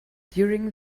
during